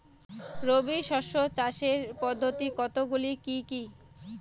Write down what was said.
রবি শস্য চাষের পদ্ধতি কতগুলি কি কি?